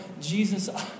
Jesus